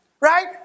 right